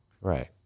Right